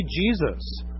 Jesus